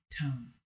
tone